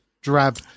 drab